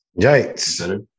Yikes